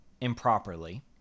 improperly